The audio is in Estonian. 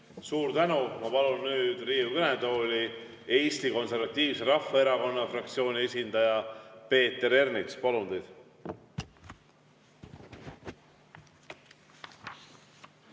Suur tänu! Ma palun Riigikogu kõnetooli Eesti Konservatiivse Rahvaerakonna fraktsiooni esindaja Peeter Ernitsa.